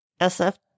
SF